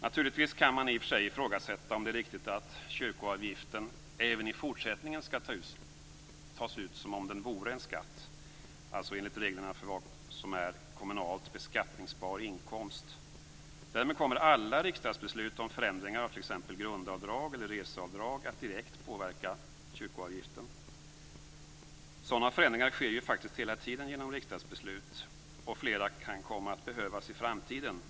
Naturligtvis kan man i och för sig ifrågasätta om det är riktigt att kyrkoavgiften även i fortsättningen skall tas ut som om den vore en skatt - alltså enligt reglerna för vad som är kommunalt beskattningsbar inkomst. Därmed kommer alla riksdagsbeslut om förändringar av t.ex. grundavdrag eller reseavdrag att direkt påverka kyrkoavgiften. Sådana förändringar sker faktiskt hela tiden genom riksdagsbeslut. Flera kan komma att behövas i framtiden.